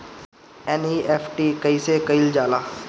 NEFT कइसे कइल जाला?